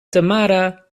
tamara